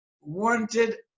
wanted